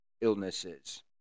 illnesses